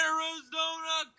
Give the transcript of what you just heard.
Arizona